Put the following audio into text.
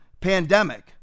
pandemic